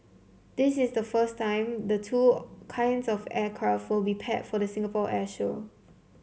this is the first time the two kinds of aircraft will be paired for the Singapore air show